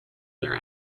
their